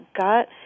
gut